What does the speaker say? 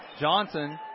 Johnson